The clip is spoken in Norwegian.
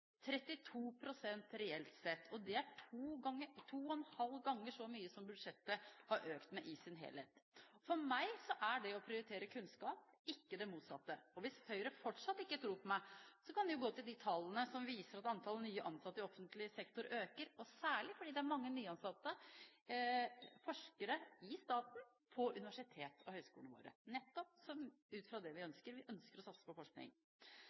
pst. reelt sett. Det er to og en halv ganger så mye som budsjettet har økt med i sin helhet. For meg er det å prioritere kunnskap – ikke det motsatte. Hvis Høyre fortsatt ikke tror på meg, kan de jo gå til de tallene som viser at antallet nye ansatte i offentlig sektor øker, og særlig fordi det er mange nyansatte forskere i staten på universitetene og høyskolene våre – nettopp ut fra det vi ønsker: å satse på forskning.